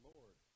Lord